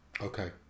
Okay